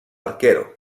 arquero